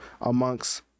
amongst